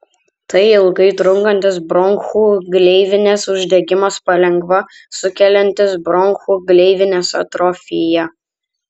tai ilgai trunkantis bronchų gleivinės uždegimas palengva sukeliantis bronchų gleivinės atrofiją